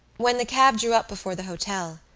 when the cab drew up before the hotel,